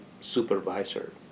supervisor